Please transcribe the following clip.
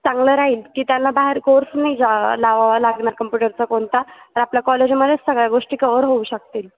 चांगलं राहील की त्यांना बाहेर कोर्स नाही जा लावावा लागणार कम्प्युटरचा कोणता तर आपल्या कॉलेजमध्येच सगळ्या गोष्टी कवर होऊ शकतील